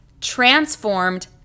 transformed